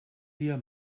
dir